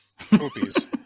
Poopies